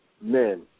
men